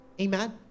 Amen